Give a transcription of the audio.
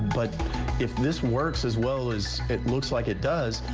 but if this works as well as it looks like it does,